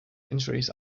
injuries